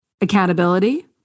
Accountability